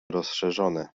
rozszerzone